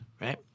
right